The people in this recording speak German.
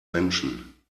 menschen